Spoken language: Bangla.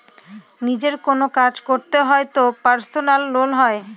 নিজের কোনো কাজ করতে হয় তো পার্সোনাল লোন হয়